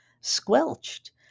squelched